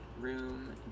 room